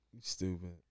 stupid